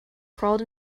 crawled